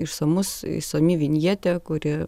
išsamus išsami vinjetė kuri